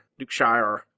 Dukeshire